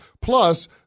Plus